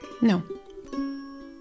No